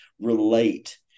relate